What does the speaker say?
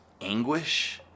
anguish